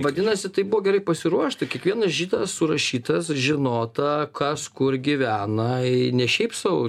vadinasi tai buvo gerai pasiruošta kiekvienas žydas surašytas žinota kas kur gyvena i ne šiaip sau